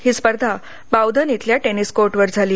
ही स्पर्धा बावधन इथल्या टेनिस कोर्टवर झाली